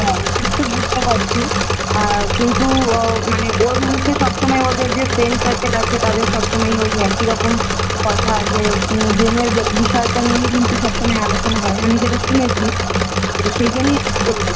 হ্যাঁ সে তো বুঝতে পারছি কিন্তু ও মানে ওর মুখে সব সময় ওর যে ফ্রেন্ড সার্কেল আছে তাদের সব সময়ই ওই একই রকম কথা যে গেমের বিষয়টা নিয়েই কিন্তু সব সময় আলোচনা হয় আমি সেটা শুনেছি তো সেই জন্যই আমি বললাম